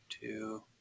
two